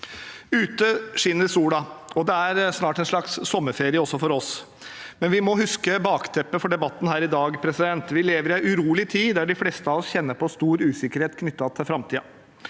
Ute skinner sola, og det er snart en slags sommerferie også for oss, men vi må huske bakteppet for debatten her i dag: Vi lever i en urolig tid da de fleste av oss kjenner på stor usikkerhet knyttet til framtiden.